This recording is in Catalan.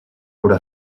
però